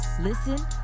Listen